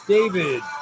David